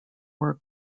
work